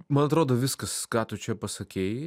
man atrodo viskas ką tu čia pasakei